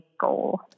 goal